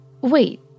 Wait